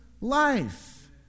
life